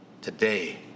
Today